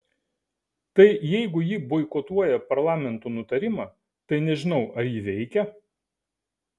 tai jeigu ji boikotuoja parlamento nutarimą tai nežinau ar ji veikia